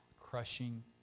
crushing